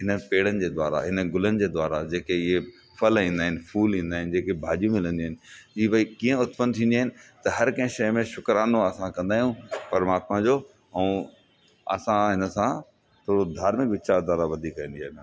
हिननि पेड़नि जे द्वारा हिननि गुलनि जे द्वारा जेके इहे फल ईंदा आहिनि फूल ईंदा आहिनि जेके भाॼियूं मिलंदियूं आहिनि हीअ भई कीअं उतपन थींदियूं आहिनि त हर कंहिं शइ में शुक्रानो आहे असां कंदा आहियूं परमात्मा जो ऐं असां हिन सां थोरो धार्मी वीचारधारा वधीक ईंदी आहे इन में